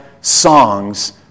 songs